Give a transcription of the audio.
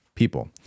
People